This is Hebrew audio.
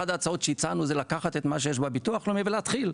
אחת ההצעות שהצענו זה לקחת את מה שיש בביטוח הלאומי ולהתחיל.